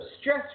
stress